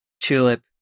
Tulip